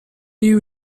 you